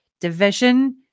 division